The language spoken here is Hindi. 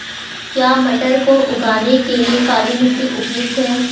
क्या मटर को उगाने के लिए काली मिट्टी उपयुक्त है?